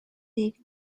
league